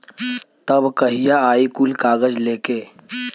तब कहिया आई कुल कागज़ लेके?